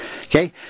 Okay